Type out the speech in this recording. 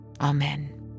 Amen